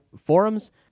forums